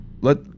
Let